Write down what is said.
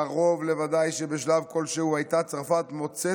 קרוב לוודאי שבשלב כלשהו הייתה צרפת מוצאת